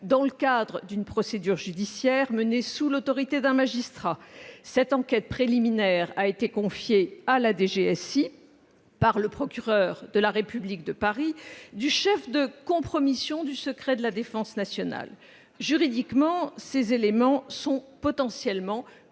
dans le cadre d'une procédure judiciaire menée sous l'autorité d'un magistrat. Cette enquête préliminaire a été confiée à la DGSI par le procureur de la République de Paris, du chef de compromission du secret de la défense nationale. Juridiquement, ces éléments sont potentiellement